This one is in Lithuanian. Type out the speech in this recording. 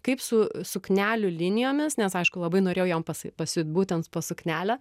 kaip su suknelių linijomis nes aišku labai norėjau jom pasi pasiūt būtent po suknelę